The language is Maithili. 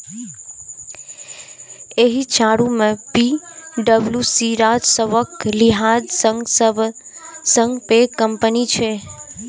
एहि चारू मे पी.डब्ल्यू.सी राजस्वक लिहाज सं सबसं पैघ कंपनी छै